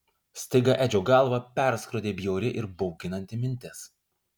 staiga edžio galvą perskrodė bjauri ir bauginanti mintis